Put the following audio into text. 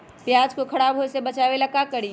प्याज को खराब होय से बचाव ला का करी?